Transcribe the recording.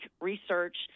research